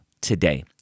today